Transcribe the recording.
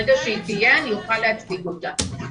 ברגע שהיא תהיה אני אוכל להציג אותה.